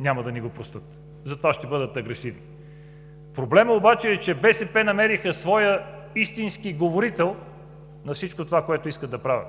няма да ни го прости и затова ще бъдат агресивни. Проблемът обаче е, че БСП намери своя истински говорител за всичко онова, което искат да правят.